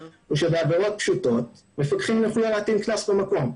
הוא שבעבירות פשוטות מפקחים יוכלו להטיל קנס במקום,